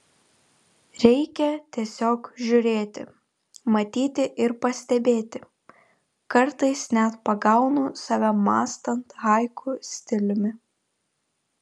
reikia tiesiog žiūrėti matyti ir pastebėti kartais net pagaunu save mąstant haiku stiliumi